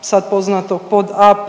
sad poznatog pod AP